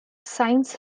science